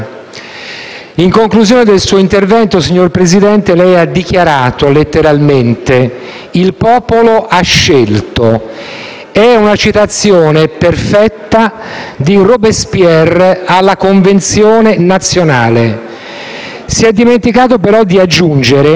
In conclusione del suo intervento, signor Presidente, lei ha dichiarato letteralmente: «Il popolo ha scelto». È una citazione perfetta di Robespierre alla Convenzione nazionale. Si è dimenticato, però, di aggiungere